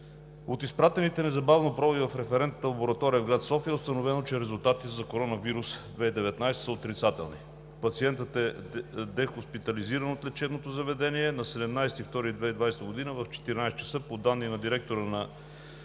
От изпратените незабавно проби в референтната лаборатория в град София е установено, че резултатите за коронавирус 2019 са отрицателни. Пациентът е дехоспитализиран от лечебното заведение на 17 февруари 2020 г. в 14,00 ч. По данни на директора на